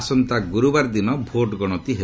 ଆସନ୍ତା ଗୁର୍ତ୍ରବାର ଦିନ ଭୋଟ୍ଗଣତି ହେବ